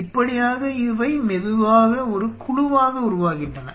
இப்படியாக இவை மெதுவாக ஒரு குழுவாக உருவாகின்றன